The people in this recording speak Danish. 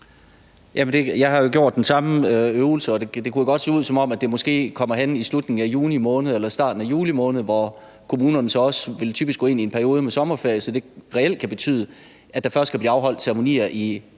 Jeg har jo lavet den samme øvelse, og det kunne godt se ud, som om det måske bliver henne i slutningen af juni måned eller i starten af juli måned, hvor kommunerne så også typisk vil gå ind i en periode med sommerferie, så det reelt kan betyde, at der først kan blive afholdt ceremonier i